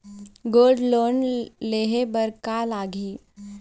Gold loan लेहे बर का लगही?